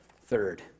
third